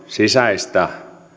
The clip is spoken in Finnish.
sisäistä